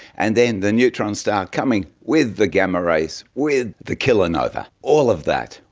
and then the neutron star coming with the gamma rays, with the kilanova, all of that,